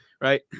Right